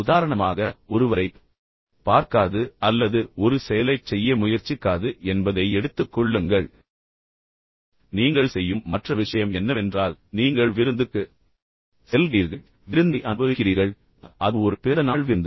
உதாரணமாக ஒருவரைப் பார்க்காதது அல்லது ஒரு செயலைச் செய்ய முயற்சிக்காதது என்பதை எடுத்துக்கொள்ளுங்கள் நீங்கள் செய்யும் மற்ற விஷயம் என்னவென்றால் நீங்கள் சென்று ஒரு விருந்தில் சேர்கிறீர்கள் சிறிது நேரத்திற்கு விருந்தை அனுபவிக்கிறீர்கள் அது ஒரு பிறந்த நாள் விருந்து